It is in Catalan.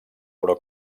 però